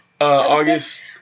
August